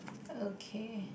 okay